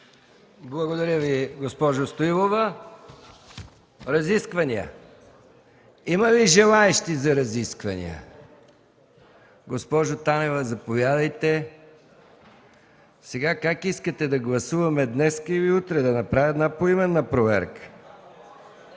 Благодаря Ви, госпожо Стоилова. Разисквания. Има ли желаещи за разисквания? Госпожо Танева, заповядайте. Сега как искате – да гласуваме днес, или утре? Да направя една поименна проверка?